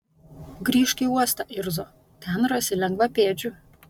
grįžk į uostą irzo ten rasi lengvapėdžių